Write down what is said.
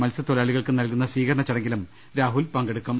മത്സ്യത്തൊഴിലാളികൾക്ക് നൽകുന്ന സ്വീകരണ ച്ചടങ്ങിലും രാഹുൽ പങ്കെടുക്കും